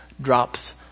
drops